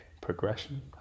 progression